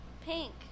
Pink